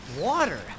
Water